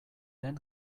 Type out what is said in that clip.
den